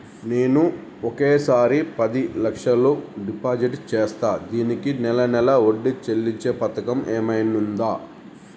నేను ఒకేసారి పది లక్షలు డిపాజిట్ చేస్తా దీనికి నెల నెల వడ్డీ చెల్లించే పథకం ఏమైనుందా?